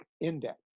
index